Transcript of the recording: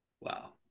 Wow